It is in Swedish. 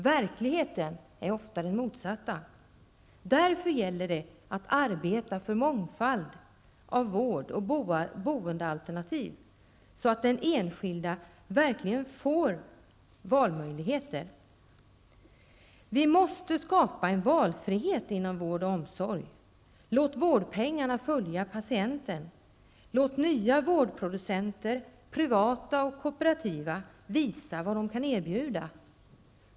Verkligheten är ofta den motsatta. Därför gäller det att arbeta för en mångfald av vård och boendealternativ, så att den enskilde verkligen får valmöjligheter. Vi måste skapa valfrihet inom vård och omsorg. Låt vårdpengarna följa patienten. Låt nya ''vårdproducenter'', privata och kooperativa, visa vad de kan erbjuda.